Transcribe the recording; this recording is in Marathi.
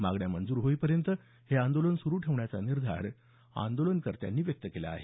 मागण्या मंजूर होईपर्यंत आंदोलन सुरूच ठेवण्याचा निर्धार आंदोलनकर्त्यांनी व्यक्त केला आहे